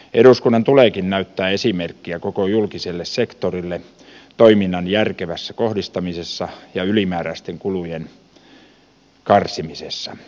eduskunnan tuleekin näyttää esimerkkiä koko julkiselle sektorille toiminnan järkevässä kohdistamisessa ja ylimääräisten kulujen karsimisessa